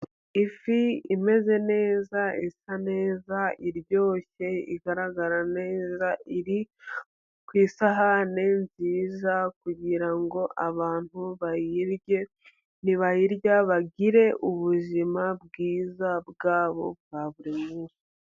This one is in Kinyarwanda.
Ifi imeze neza isa neza iryoshye igaragara neza iri ku isahani nziza kugirango abantu bayirye, nibayirya bagire ubuzima bwiza bwabo bwa buri muntu.